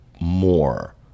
more